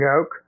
joke